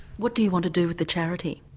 what do you want to do with the charity?